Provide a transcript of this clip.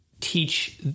teach